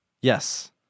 Yes